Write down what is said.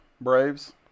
Braves